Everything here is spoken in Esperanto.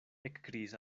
ekkriis